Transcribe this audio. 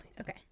Okay